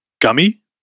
gummy